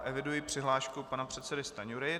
Eviduji přihlášku pana předsedy Stanjury.